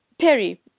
Perry